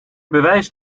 bewijs